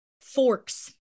Forks